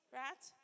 right